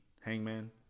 Hangman